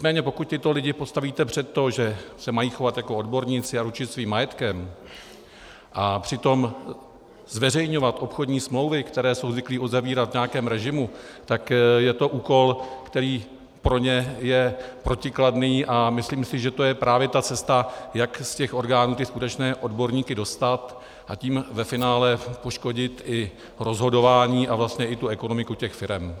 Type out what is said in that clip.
Nicméně pokud tyto lidi postavíte před to, že se mají chovat jako odborníci a ručit svým majetkem a přitom zveřejňovat obchodní smlouvy, které jsou zvyklí uzavírat v nějakém režimu, tak je to úkol, který je pro ně protikladný, a myslím si, že to je právě ta cesta, jak z těch orgánů ty skutečné odborníky dostat, a tím ve finále poškodit i rozhodování a vlastně i tu ekonomiku těch firem.